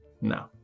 no